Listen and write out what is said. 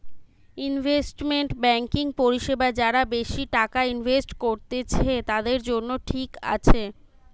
investment banking পরিষেবা যারা বেশি টাকা ইনভেস্ট করত্তিছে, তাদের জন্য ঠিক আছে